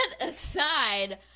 aside